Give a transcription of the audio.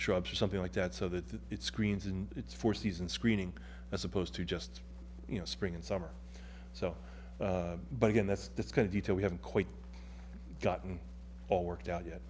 bs or something like that so that it's screens and it's foresees and screening as opposed to just you know spring and summer so but again that's this kind of detail we haven't quite gotten all worked out yet